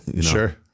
sure